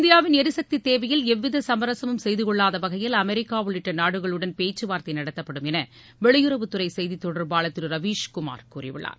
இந்தியாவின் எரிசக்தி தேவையில் எவ்வித சமரசமும் செய்தகொள்ளாத வகையில் அமெரிக்கா உள்ளிட்ட நாடுகளுடன் பேச்சவார்த்தை நடத்தப்படும் என வெளியுறவுத்துறை செய்தித் தொடர்பாளர் திரு ரவீஸ் குமார் கூறியுள்ளார்